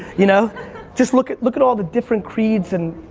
you know just look at look at all the different creeds and,